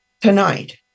tonight